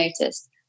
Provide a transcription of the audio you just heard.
noticed